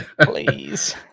Please